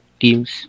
teams